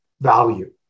value